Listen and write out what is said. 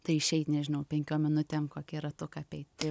tai išeit nežinau penkiom minutėm kokį ratuką apeit tai